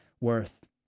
Worth